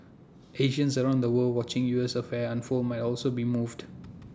Asians around the world watching U S affairs unfold might also be moved